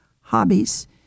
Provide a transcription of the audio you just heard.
hobbies